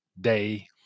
day